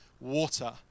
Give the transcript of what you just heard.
water